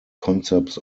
concepts